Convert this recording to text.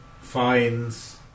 finds